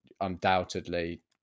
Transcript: undoubtedly